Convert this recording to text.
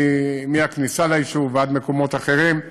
מהכניסה ליישוב ועד מקומות אחרים.